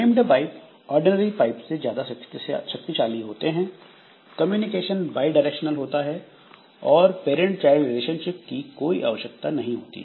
named pipe ordinary pipe से ज्यादा शक्तिशाली होते हैं कम्युनिकेशन बाईडायरेक्शनल होता है और पैरंट चाइल्ड रिलेशनशिप की कोई आवश्यकता नहीं होती